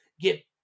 get